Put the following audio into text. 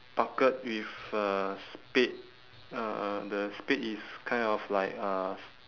bucket with a spade uh the spade is kind of like uh s~